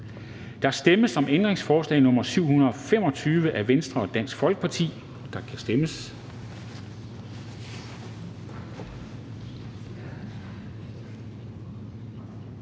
Der stemmes om ændringsforslag nr. 728 af V, og der kan stemmes.